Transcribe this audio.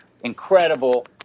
Incredible